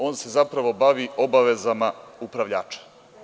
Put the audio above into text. On se zapravo bavi obavezama upravljača.